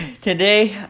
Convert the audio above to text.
today